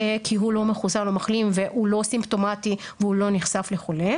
כי הוא לא מחוסן או מחלים והוא לא סימפטומטי והוא לא נחשף לחולה.